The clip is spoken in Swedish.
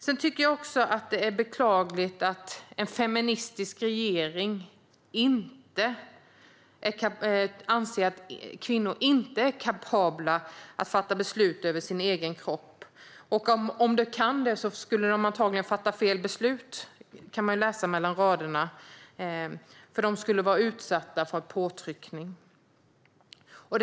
Jag tycker också att det är beklagligt att en feministisk regering anser att kvinnor inte är kapabla att fatta beslut om sina egna kroppar - och om de kunde det skulle de antagligen fatta fel beslut, kan man läsa mellan raderna, för de skulle vara utsatta för påtryckningar.